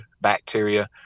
bacteria